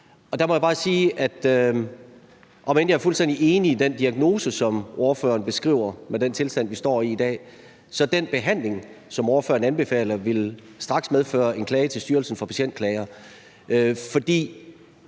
Der må jeg bare sige, at om end jeg er fuldstændig enig i den diagnose, som ordføreren beskriver, med den tilstand, vi står i i dag, så ville den behandling, som ordføreren anbefaler, straks medføre en klage til Styrelsen for Patientklager. For